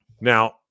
Now